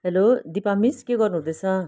hello Dipa miss के गर्नु हुँदैछ